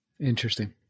Interesting